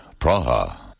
Praha